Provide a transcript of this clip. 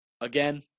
Again